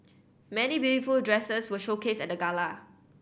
many beautiful dresses were showcased at the gala